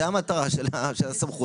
זאת המטרה של הסמכות.